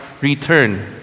return